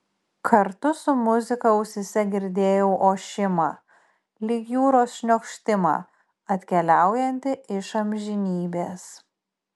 kartu su muzika ausyse girdėjau ošimą lyg jūros šniokštimą atkeliaujantį iš amžinybės